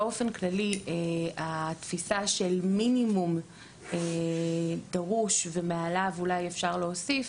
באופן כללי התפיסה של מינימום דרוש ומעליו אולי אפשר להוסיף,